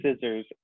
scissors